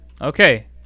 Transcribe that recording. Okay